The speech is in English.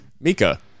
Mika